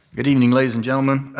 good evening, ladies and gentlemen.